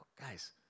guys